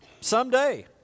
someday